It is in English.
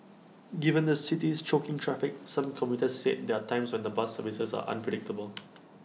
given the city's choking traffic some commuters said there are times when the bus services are unpredictable